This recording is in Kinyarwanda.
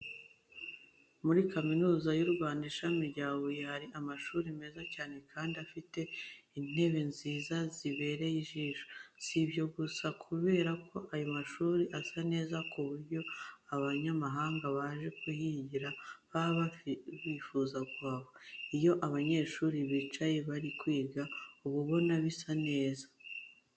Muri Kaminuza y'u Rwanda, Ishami rya Huye hari amashuri meza cyane kandi afite intebe nziza zibereye ijisho. Si ibyo gusa kubera ko ayo mashuri asa neza ku buryo abanyamahanga baje kuhigira baba batifuza kuhava. Iyo abanyeshuri bicaye bari kwiga uba ubona bisa neza.